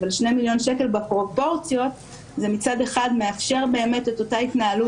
אבל 2 מיליון שקל בפרופורציות זה מצד אחד מאפשר באמת את אותה התנהלות